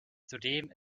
zudem